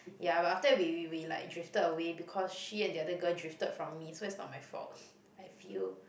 ya but after that we we we like drifted away because she and the other girl drifted from me so it's not my fault I feel